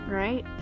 right